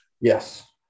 Yes